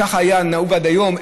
ככה היה נהוג עד היום.